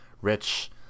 rich